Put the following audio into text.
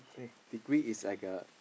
degree is like a